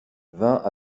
vint